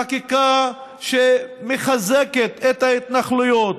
חקיקה שמחזקת את ההתנחלויות,